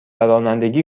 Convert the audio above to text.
رانندگی